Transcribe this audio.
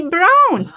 Brown